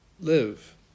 live